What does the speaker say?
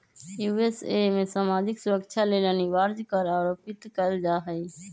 USA में सामाजिक सुरक्षा लेल अनिवार्ज कर आरोपित कएल जा हइ